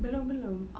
belum belum